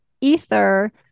ether